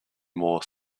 more